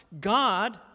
God